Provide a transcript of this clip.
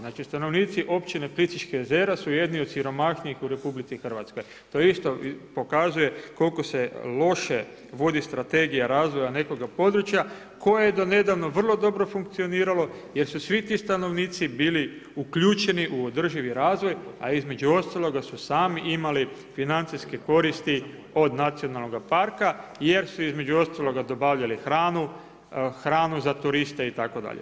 Znači stanovnici Općine Plitvička jezera su jedni od siromašnijih u RH, to isto pokazuje koliko se loše vodi strategija razvoja nekoga područja koje je do nedavno vrlo dobro funkcioniralo jer su svi ti stanovnici bili uključeni u održivi razvoj, a između ostaloga su sami imali financijske koristi od nacionalnog parka jer su između ostaloga dobavljali hranu, hranu za turiste itd.